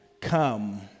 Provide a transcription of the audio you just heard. Come